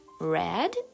red